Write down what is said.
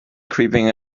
creeping